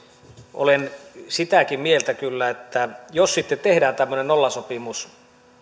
olen sitäkin mieltä kyllä että jos sitten tehdään tämmöinen nollasopimus